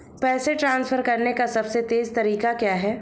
पैसे ट्रांसफर करने का सबसे तेज़ तरीका क्या है?